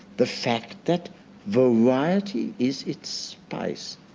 the fact that variety is its spice,